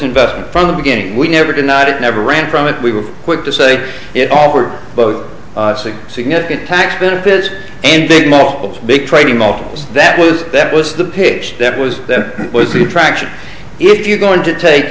investment from the beginning we never denied it never ran from it we were quick to say it all were both significant tax benefits and big multiples big trading multiples that was that was the pitch that was that was the attraction if you're going to take